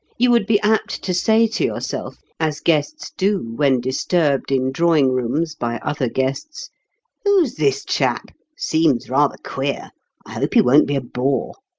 you would be apt to say to yourself, as guests do when disturbed in drawing-rooms by other guests who's this chap? seems rather queer, i hope he won't be a bore.